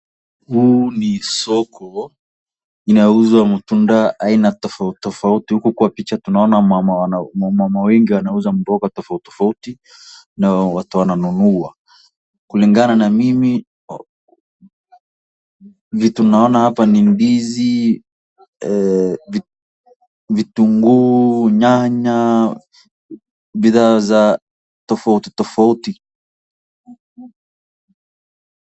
Huu ni soko inayouzwa matunda aina tofauti. Kuna wamama wengi wanauza mboga tofauti na watu wananunua. Kuna ndizi, vitunguu, nyanya, vitu tofauti tofauti.